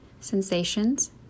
sensations